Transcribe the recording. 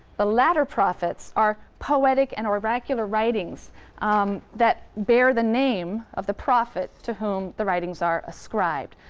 the latter prophets are poetic and oracular writings that bear the name of the prophet to whom the writings are ascribed.